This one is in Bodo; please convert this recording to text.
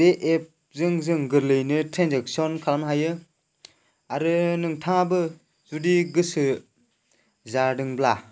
बे एपजों जों गोरलैयैनो ट्रेनजेक्सन खालामनो हायो आरो नोंथाङाबो जुदि गोसो जादोंब्ला